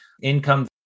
income